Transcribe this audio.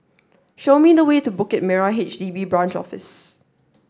show me the way to Bukit Merah HDB Branch Office